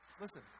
Listen